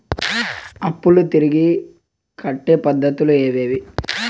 అప్పులు తిరిగి కట్టే పద్ధతులు ఏవేవి